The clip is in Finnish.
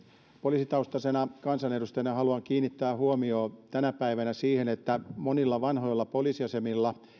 poliisitaustaisena kansanedustajana haluan kiinnittää huomiota tänä päivänä siihen että monilla vanhoilla poliisiasemilla